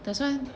there's one